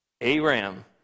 Aram